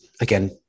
again